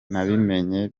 nabimenye